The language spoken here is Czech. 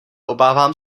obávám